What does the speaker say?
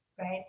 right